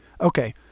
Okay